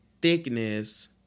Thickness